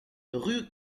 rue